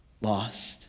lost